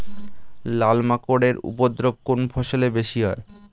লাল মাকড় এর উপদ্রব কোন ফসলে বেশি হয়?